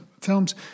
films